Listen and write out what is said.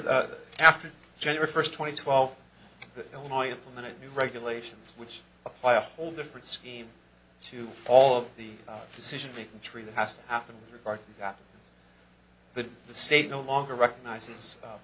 the after january first twenty twelve illinois implemented new regulations which apply a whole different scheme to all of the decision making tree that has to happen in your part that the the state no longer recognizes